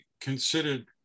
considered